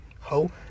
Ho